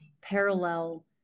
parallel